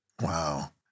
Wow